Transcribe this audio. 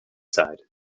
side